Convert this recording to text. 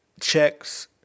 checks